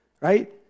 right